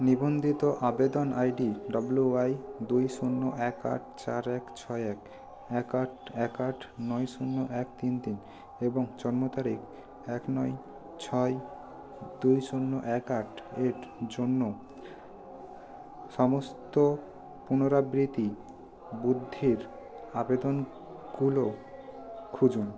নিবন্ধিত আবেদন ID W Y দুই শূন্য এক আট চার এক ছয় এক এক আট এক আট নয় শূন্য এক তিন তিন এবং জন্ম তারিখ এক নয় ছয় দুই শূন্য এক আট এর জন্য সমস্ত পুনরাবৃতি বুদ্ধির আবেদনগুলো খুঁজুন